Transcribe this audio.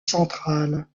centrale